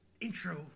intro